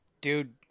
Dude